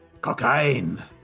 Cocaine